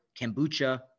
kombucha